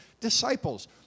disciples